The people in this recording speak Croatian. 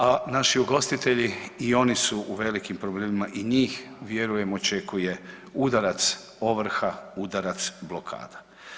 A naši ugostitelji i oni su u velikim problemima i njih vjerujem očekuje udarac ovrha, udarac blokada.